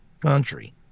country